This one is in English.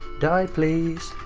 die, please.